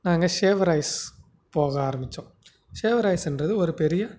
நாங்கள் ஷேவராய்ஸ் போக ஆரமிச்சோம் ஷேவராய்ஸுன்றது ஒரு பெரிய